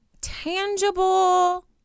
tangible